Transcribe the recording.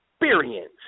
experience